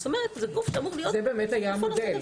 זה באמת היה המודל.